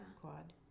quad